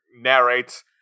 narrates